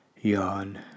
Yawn